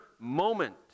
moment